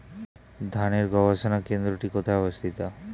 ধানের গবষণা কেন্দ্রটি কোথায় অবস্থিত?